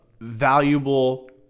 valuable